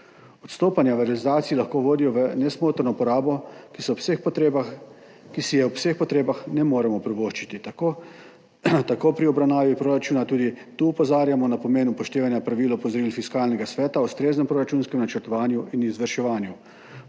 v realizaciji lahko vodijo v nesmotrno porabo, ki si je ob vseh potrebah ne moremo privoščiti, tako kot pri obravnavi proračuna tudi tu opozarjamo na pomen upoštevanja pravil in opozoril Fiskalnega sveta o ustreznem proračunskem načrtovanju in izvrševanju.